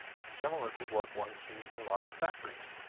similar to what one sees in modern factories.